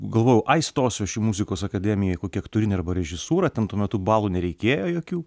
galvojau ai stosiu aš į muzikos akademiją į kokį aktorinį arba režisūrą ten tuo metu balų nereikėjo jokių